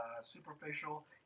superficial